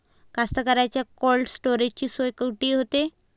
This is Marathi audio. कास्तकाराइच्या कोल्ड स्टोरेजची सोय कुटी होते?